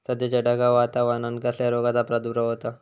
सध्याच्या ढगाळ वातावरणान कसल्या रोगाचो प्रादुर्भाव होता?